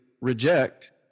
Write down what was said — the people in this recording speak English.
reject